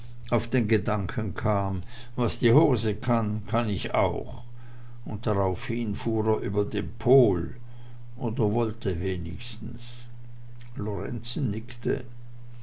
auf den gedanken kam was die hose kann kann ich auch und daraufhin fuhr er über den pol oder wollte wenigstens lorenzen nickte